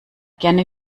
gerne